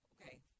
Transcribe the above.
okay